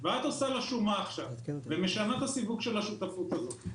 ואת עושה לו שומה עכשיו ומשנה את הסיווג של השותפות הזו.